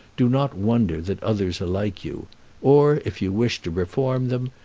do not wonder that others are like you or, if you wish to reform them,